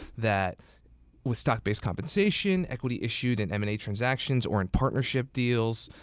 that with stock-based compensation, equity issues, and m and a transactions or in partnership deals,